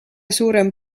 suurem